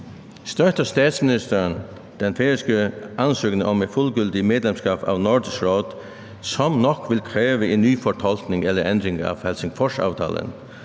Støtter statsministeren den færøske ansøgning om et fuldgyldigt medlemskab af Nordisk Råd, som nok vil kræve en ny fortolkning eller ændring af Helsingforsaftalen?